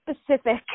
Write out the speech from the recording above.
specific